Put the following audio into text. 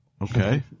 Okay